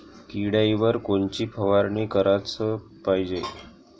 किड्याइवर कोनची फवारनी कराच पायजे?